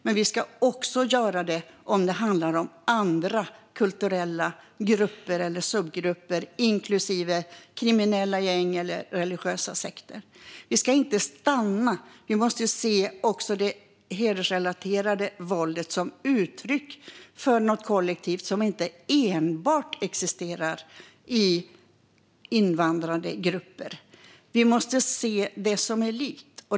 Men vi ska också göra det om det handlar om andra kulturella grupper eller subgrupper, inklusive kriminella gäng och religiösa sekter. Vi ska inte stanna. Vi måste se det hedersrelaterade våldet som uttryck för något kollektivt som inte enbart existerar i invandrade grupper. Vi måste se det som är likt.